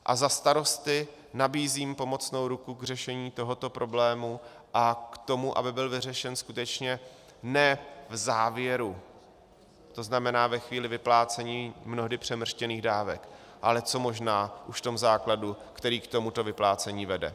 A za Starosty nabízím pomocnou ruku k řešení tohoto problému a k tomu, aby byl vyřešen skutečně ne v závěru, to znamená ve chvíli vyplácení mnohdy přemrštěných dávek, ale co možná už v tom základu, který k tomuto vyplácení vede.